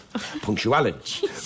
punctuality